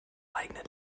eigenen